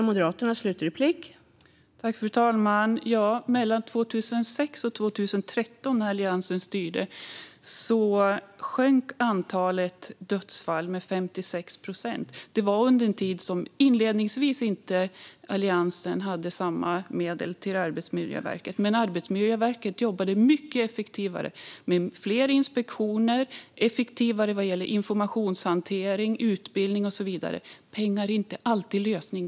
Fru talman! Mellan 2006 och 2013, när Alliansen styrde, sjönk antalet dödsfall med 56 procent. Det var under en tid då Alliansen inledningsvis inte hade samma medel till Arbetsmiljöverket. Verket arbetade dock mycket effektivare med fler inspektioner, bättre informationshantering, utbildning och så vidare. Pengar är inte alltid lösningen.